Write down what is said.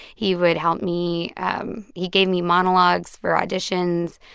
he would help me um he gave me monologues for auditions.